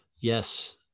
Yes